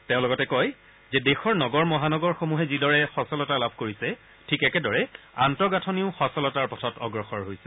তেওঁ লগতে কয় যে দেশৰ নগৰ মহানগৰসমূহে যিদৰে সচলতা লাভ কৰিছে ঠিক একেদৰে আন্তঃগাঁথনিও সচলতাৰ পথত অগ্ৰসৰ হৈছে